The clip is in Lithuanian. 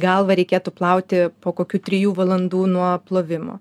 galvą reikėtų plauti po kokių trijų valandų nuo plovimo